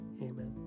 Amen